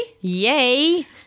Yay